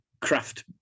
craft